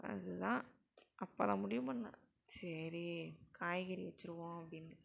அதுதான் அப்போ நான் முடிவு பண்ணேன் சரி காய்கறி வச்சுருவோம் அப்படின்னு